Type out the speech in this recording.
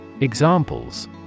Examples